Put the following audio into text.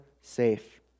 safe